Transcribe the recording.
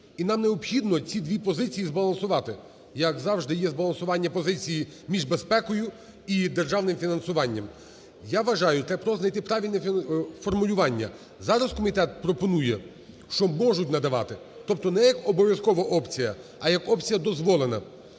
І нам необхідно ці дві позиції збалансувати, як завжди є збалансування позицій між безпекою і державним фінансуванням. Я вважаю, треба просто знайти правильне формулювання. Зараз комітет пропонує, що можуть надавати. Тобто не як обов'язкова опція, а як опція дозволена.